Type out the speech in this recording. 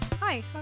Hi